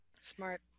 Smart